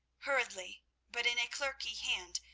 hurriedly but in a clerkly hand,